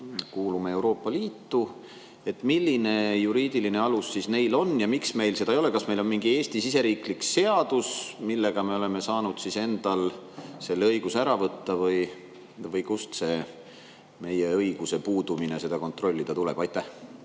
kuulume Euroopa Liitu. Milline juriidiline alus neil on ja miks meil seda ei ole? Kas meil on mingi Eesti siseriiklik seadus, millega me oleme saanud endalt selle õiguse ära võtta, või kust tuleb see, et meil puudub õigus seda kontrollida? Aitäh,